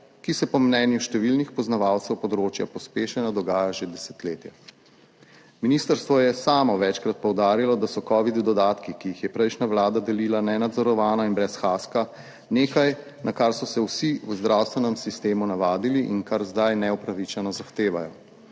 ki se po mnenju številnih poznavalcev področja pospešeno dogaja že desetletja. Ministrstvo je sámo večkrat poudarilo, da so covid dodatki, ki jih je prejšnja vlada delila nenadzorovana in brez haska, nekaj, na kar so se vsi v zdravstvenem sistemu navadili in kar zdaj neupravičeno zahtevajo.